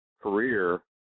career